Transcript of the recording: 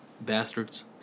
Bastards